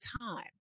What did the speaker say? time